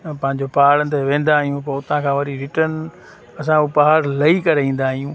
पंहिंजो पहाड़नि ते वेंदा आहियूं पोइ हुतां खां वरी रिटर्न असां हू पहाड़ लही करे ईंदा आहियूं